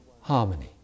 harmony